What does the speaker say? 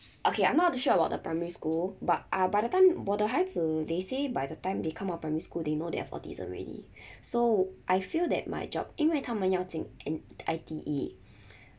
okay I'm not to sure about the primary school but uh by the time 我的孩子 they say by the time they come out primary school they know they have autism already so I feel that my job 因为他们要进 I_T_E